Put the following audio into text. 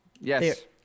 Yes